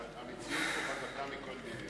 אבל המציאות פה חזקה מכל דמיון.